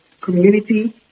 community